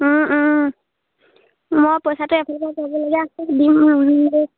মই পইচাটো এফালৰ পৰা যাবলগীয়া আছে দিম